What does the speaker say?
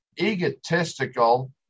egotistical